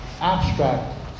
abstract